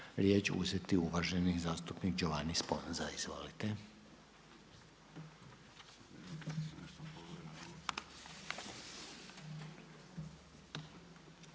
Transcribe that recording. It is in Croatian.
riječ uzeti uvaženi zastupnik Giovanni Sponza. Izvolite.